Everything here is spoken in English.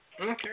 Okay